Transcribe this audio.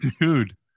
Dude